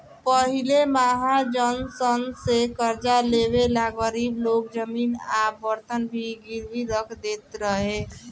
पहिले महाजन सन से कर्जा लेवे ला गरीब लोग जमीन आ बर्तन भी गिरवी रख देत रहे